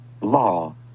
Law